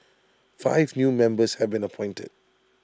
five new members have been appointed